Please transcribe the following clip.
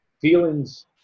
feelings